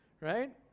right